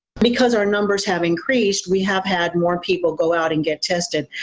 because our numbers have increased we have had more people go out and get tested.